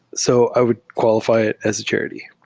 so i would qualify it as a charity.